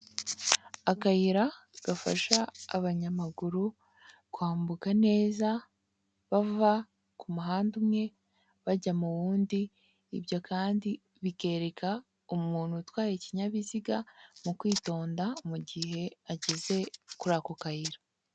Akayira gafasha abanyamaguru kwambuka neza, bava ku muhanda umwe bajya mu wundi, ibyo kandi bikereka umuntu utwaye ikinyabiziga mu kwitonda mu gihe ageze kuri ako kayira.